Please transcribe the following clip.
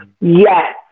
Yes